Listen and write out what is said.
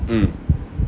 mm